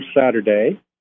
Saturday